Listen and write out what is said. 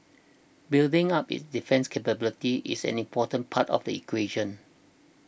building up its defence capabilities is an important part of the equation